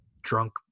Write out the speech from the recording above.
drunk